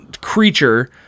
creature